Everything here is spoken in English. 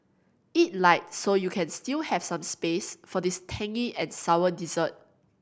eat light so you can still have some space for this tangy and sour dessert